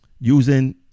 using